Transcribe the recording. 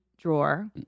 drawer